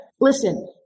Listen